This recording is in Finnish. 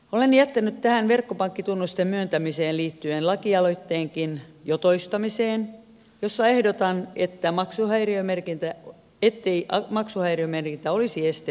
olen jo toistamiseen jättänyt tähän verkkopankkitunnusten myöntämiseen liittyen lakialoitteenkin jossa ehdotan ettei maksuhäiriömerkintä olisi este verkkopankkitunnusten saamiselle